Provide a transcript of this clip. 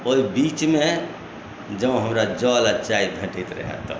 ओहि बीचमे जँ हमरा जल आओर चाय भेटैत रहै तऽ